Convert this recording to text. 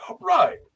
right